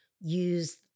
use